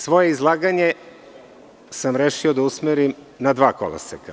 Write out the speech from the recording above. Svoje izlaganje sam rešio da usmerim na dva koloseka.